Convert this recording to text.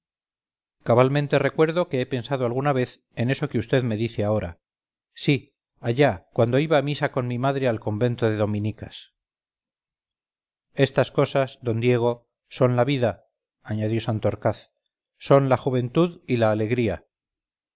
cabalmente recuerdo que he pensado alguna vez en eso que vd me dice ahora sí allá cuando iba a misa con mi madre al convento de dominicas estas cosas d diego son la vida añadió santorcaz son la juventud y la alegría